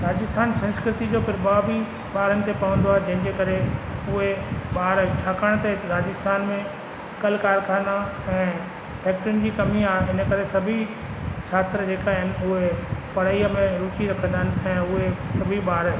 राजस्थान संस्कृति जो प्रभाव बि ॿारनि खे पवंदो आहे जंहिंजे करे उहे ॿार छाकाणि त राजस्थान में काल्ह कारख़ाना ऐं फैक्ट्रियुनि जी कमी आहे इन करे सभी छात्र जेका आहिनि उहे पढ़ाईअ में रूचि रखंदा आहिनि ऐं उहे सभी ॿार